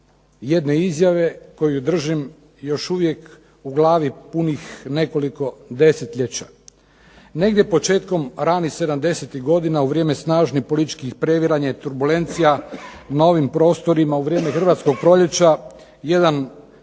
jedne izjave koju držim još uvijek u glavi, punih nekoliko desetljeća. Negdje početkom ranih '70-ih godina u vrijeme snažnih političkih previranja i turbulencija na ovim prostorima, u vrijeme Hrvatskog proljeća, jedan